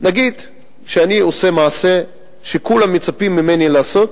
נגיד שאני עושה מעשה שכולם מצפים ממני לעשות,